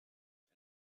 and